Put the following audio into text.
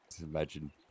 imagine